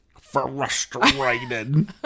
Frustrated